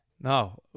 No